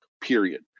period